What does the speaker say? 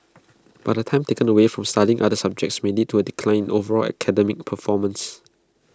but the time taken away from studying other subjects may lead to A decline in overall academic performance